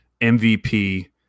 MVP